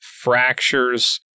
fractures